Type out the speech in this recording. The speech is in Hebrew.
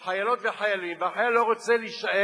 חיילות וחיילים, והחייל לא רוצה להישאר,